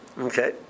okay